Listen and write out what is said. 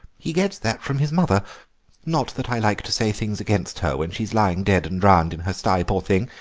he gets that from his mother not that i like to say things against her when she's lying dead and drowned in her stye, poor thing.